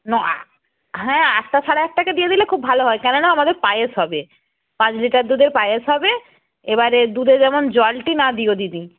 না হ্যাঁ আটটা সাড়ে আটটাকে দিয়ে দিলে খুব ভালো হয় কেননা আমাদের পায়েস হবে পাঁচ লিটার দুধের পায়েস হবে এবারে দুধে যেমন জলটি না দিও দিদি